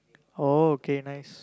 oh okay nice